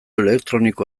elektroniko